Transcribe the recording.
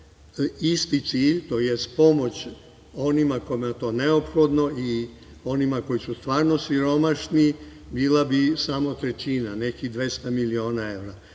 isti cilj tj. pomoć onima kojima je to neophodno i onima koji su stvarno siromašni bila bi samo trećina, nekih 200 miliona